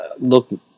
look